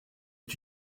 est